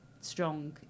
strong